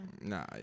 Nah